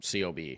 COB